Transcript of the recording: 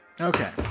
okay